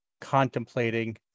contemplating